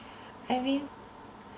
I mean